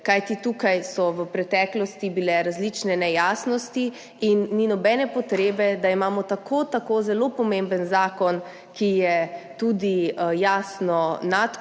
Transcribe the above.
kajti tukaj so bile v preteklosti različne nejasnosti in ni nobene potrebe, da imamo tako zelo pomemben zakon, ki je tudi, jasno, nadkoalicijski,